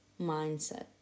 mindset